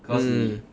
mm